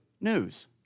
news